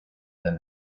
than